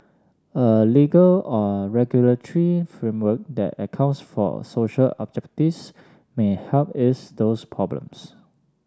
a legal or regulatory framework that accounts for social objectives may help ease those problems